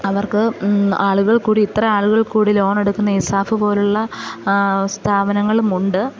അവർക്ക് ആളുകൾ കൂടി ഇത്ര ആളുകൾ കൂടി ലോൺ എടുക്കുന്ന ഇസാഫ് പോലെയുള്ള സ്ഥാപനങ്ങളുമുണ്ട്